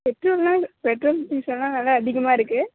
பெட்ரோல்லாம் petrol டீசல்லாம் விலை அதிகமாக இருக்கு